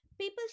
People